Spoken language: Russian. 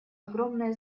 огромное